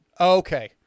Okay